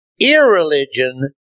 irreligion